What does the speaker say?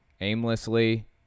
aimlessly